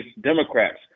Democrats